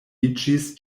iĝis